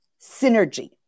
synergy